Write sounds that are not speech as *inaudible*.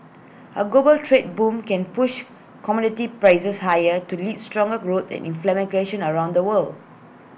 A global trade boom can push commodity prices higher to lead stronger growth and *unintelligible* around the world